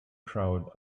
crowd